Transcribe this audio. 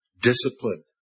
discipline